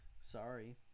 Sorry